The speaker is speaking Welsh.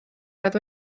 roedd